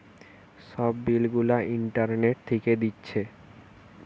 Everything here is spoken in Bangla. সব বিল গুলা ইন্টারনেট থিকে দিচ্ছে